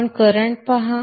आपण करंट पहा